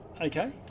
okay